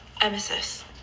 Emesis